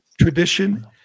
tradition